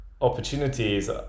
opportunities